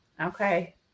Okay